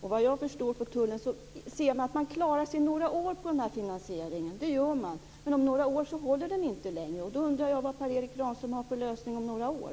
Såvitt jag förstår säger man från tullen att man klarar sig några år på den här finansieringen, men om några år håller den inte längre. Då undrar jag vad Per Erik Granström har för lösning om några år.